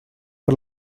per